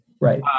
right